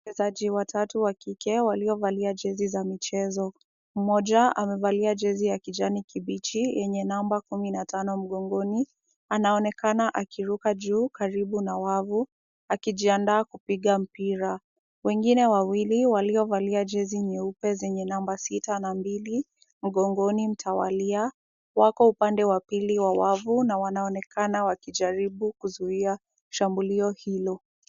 Wachezaji watatu wa kike waliovalia jezi za michezo. Mmoja amevalia jezi ya kijani kibichi yenye namba kumi na tano mgongoni. Anaonekana akiruka juu karibu na wavu akijiandaa kupiga mpira. Wengine wawili waliovaa jezi nyeupe zenye namba sita na mbili mgongoni mtawalia wako upande wa pili wa wavu na wanaonekana wakijaribu kuzuia shambulio hilo.